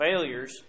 failures